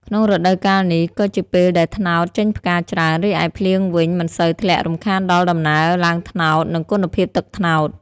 ក្នុងរដូវកាលនេះ ក៏ជាពេលដែលត្នោតចេញផ្កាច្រើន រីឯភ្លៀងវិញ មិនសូវធ្លាក់រំខានដល់ដំណើរឡើងត្នោត និងគុណភាពទឹកត្នោត។